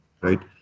right